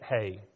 hey